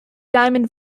diamond